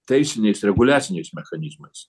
teisiniais reguliaciniais mechanizmais